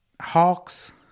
hawks